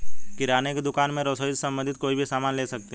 किराने की दुकान में रसोई से संबंधित कोई भी सामान ले सकते हैं